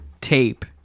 tape